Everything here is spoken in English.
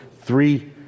three